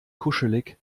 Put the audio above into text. kuschelig